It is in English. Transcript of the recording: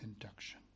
induction